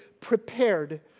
prepared